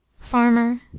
Farmer